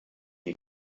die